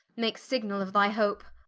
make signall of thy hope.